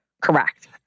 Correct